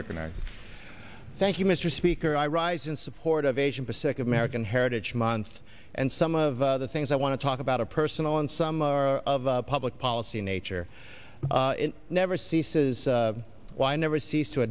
reckoner thank you mr speaker i rise in support of asian pacific american heritage month and some of the things i want to talk about a personal and some are of public policy nature never ceases why i never cease to